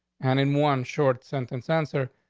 and in one short sentence answer.